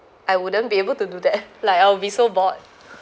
I wouldn't be able to do that like I will be so bored